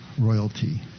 royalty